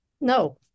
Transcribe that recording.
No